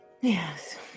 Yes